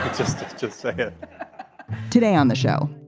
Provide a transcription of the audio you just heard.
justice said today on the show.